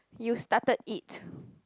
you started it